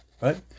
Right